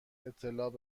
اطلاع